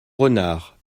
renard